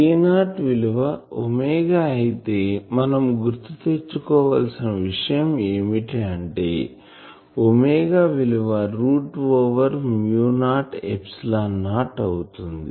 K0 విలువ omega అయితే మనము గుర్తు తెచ్చుకోవలిసిన విషయం ఏమిటంటే ఒమేగా విలువ root over mu naught epsilon naught అవుతుంది